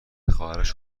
خواهرش